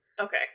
Okay